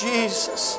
Jesus